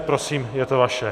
Prosím, je to vaše.